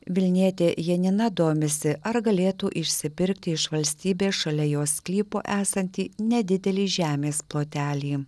vilnietė janina domisi ar galėtų išsipirkti iš valstybės šalia jos sklypo esantį nedidelį žemės plotelį